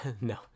no